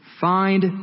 Find